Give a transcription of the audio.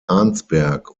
arnsberg